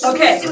Okay